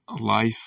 life